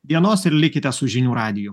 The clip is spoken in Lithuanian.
dienos ir likite su žinių radiju